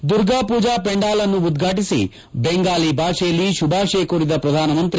ದುರ್ಗಾಪೂಜಾ ಪೆಂಡಾಲ್ಅನ್ನು ಉದ್ವಾಟಿಸಿ ಬೆಂಗಾಲಿ ಭಾಷೆಯಲ್ಲಿ ಶುಭಾಶಯ ಕೋರಿದ ಪ್ರಧಾನಮಂತ್ರಿ